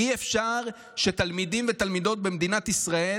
אי-אפשר שתלמידים ותלמידות במדינת ישראל,